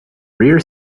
rear